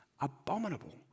Abominable